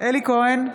אלי כהן,